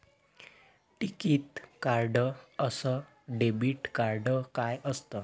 टिकीत कार्ड अस debit card काय असत?